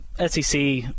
SEC